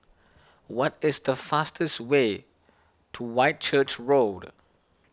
what is the fastest way to Whitchurch Road